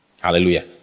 Hallelujah